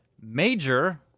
Major